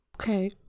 Okay